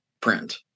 print